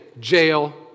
Jail